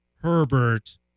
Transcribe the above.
Herbert